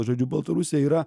žodžiu baltarusia yra